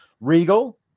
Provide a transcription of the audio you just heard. Regal